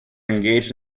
engaged